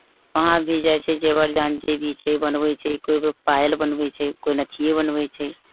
वहाँ भी जाइ छै जेवर जहान जे भी छै बनबै छै कोइ कोइ पायल बनबै छै कोइ नथिए बनबै छै